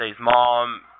mom